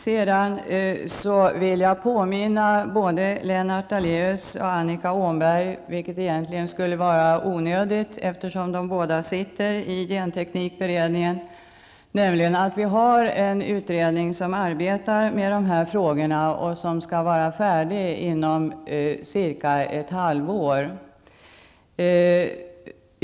Jag vill påminna både Lennart Daléus och Annika Åhnberg, vilket egentligen skulle vara onödigt, eftersom de båda sitter i genteknikberedningen, om att vi har en utredning som arbetar med de här frågorna och som skall vara färdig inom cirka ett halvår.